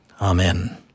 Amen